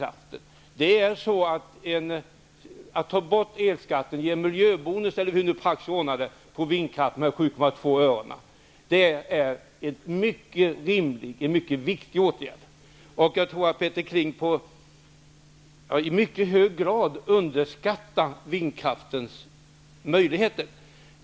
Att ta bort elskatten, ge en miljöbonus på -- eller hur vi praktiskt vill ordna det -- vindkraft med 7,2 öre är en mycket viktig åtgärd. Jag tror att Peter Kling i mycket hög grad underskattar vindkraftens möjligheter.